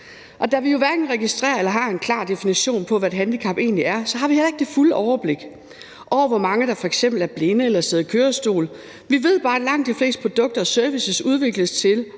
Og da vi jo hverken registrerer eller har en klar definition på, hvad et handicap egentlig er, så har vi heller ikke det fulde overblik over, hvor mange der f.eks. er blinde eller sidder i kørestol. Vi ved bare, at langt de fleste produkter og servicer udvikles til